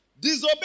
disobey